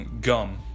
Gum